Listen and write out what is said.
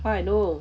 how I know